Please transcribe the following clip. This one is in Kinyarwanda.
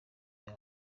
bya